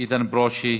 איתן ברושי,